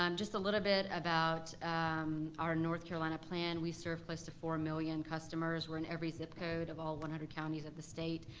um just a little bit about our north carolina plan, we serve close to four million customers, we're in every zip code of all one hundred counties of the state.